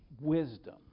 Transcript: wisdom